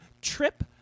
trip